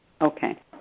Okay